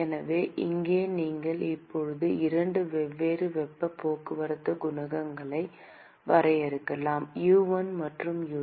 எனவே இங்கே நீங்கள் இப்போது இரண்டு வெவ்வேறு வெப்ப போக்குவரத்து குணகங்களை வரையறுக்கலாம் U1 மற்றும் U2